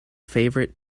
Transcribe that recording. favorite